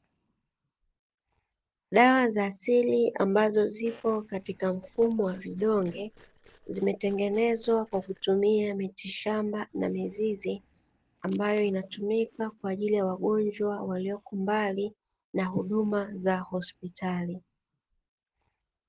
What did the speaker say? Dawa za asili ambazo zipo katika mfumo wa vidonge zimetengenezwa kwa kutumia mitishamba na mizizi, ambayo inatumika kwa ajili ya wagonjwa walioko mbali na huduma za hospitali.